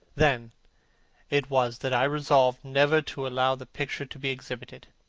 then it was that i resolved never to allow the picture to be exhibited.